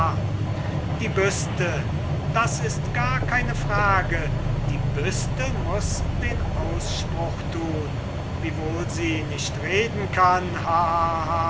die büste das ist gar keine frage die büste muß den ausspruch tun wiewohl sie nicht reden kann